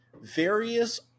various